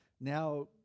Now